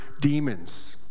demons